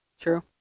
True